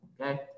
Okay